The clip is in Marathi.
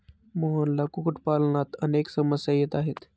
मोहनला कुक्कुटपालनात अनेक समस्या येत आहेत